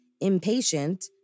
impatient